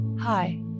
Hi